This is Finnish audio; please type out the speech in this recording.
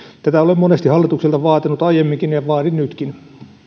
tätä olen monesti hallitukselta vaatinut aiemminkin ja vaadin nytkin